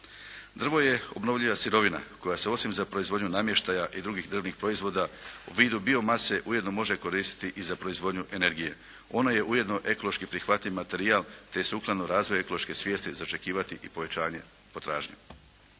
Drvo je obnovljiva sirovina koja se osim za proizvodnju namještaja i drugih drvnih proizvoda u vidu bio mase ujedno može koristiti i za proizvodnju energije. Ono je ujedno ekološki prihvatljiv materijal te je sukladno razvoju ekološke svijesti za očekivati i pojačanje potražnje.